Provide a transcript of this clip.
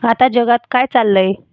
आत जगात काय चाललंय